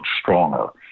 stronger